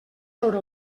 sobre